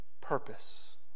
purpose